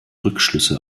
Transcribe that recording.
rückschlüsse